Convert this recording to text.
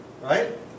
right